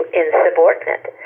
insubordinate